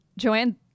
joanne